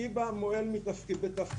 שיבא מועל בתפקידו.